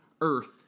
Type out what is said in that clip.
Earth